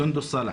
סונדוס סאלח.